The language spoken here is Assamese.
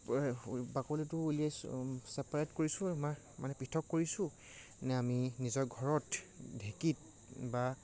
বাকলিটো উলিয়াইছোঁ ছেপাৰেট কৰিছোঁ আমাৰ মানে পৃথক কৰিছোঁ নে আমি নিজৰ ঘৰত ঢেঁকীত বা